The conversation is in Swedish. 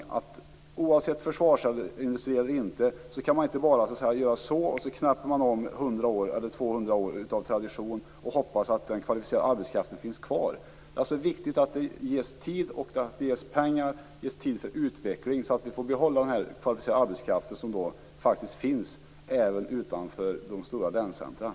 Oavsett om det finns försvarsindustri eller inte kan man inte bara knäppa med fingrarna och knäppa av 100 eller 200 år av tradition och hoppas att den kvalificerade arbetskraften finns kvar. Det är alltså viktigt att det ges tid och pengar för utveckling så att vi får behålla den kvalificerade arbetskraft som faktiskt finns även utanför de stora länscentrumen.